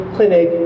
Clinic